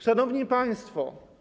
Szanowni Państwo!